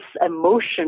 emotion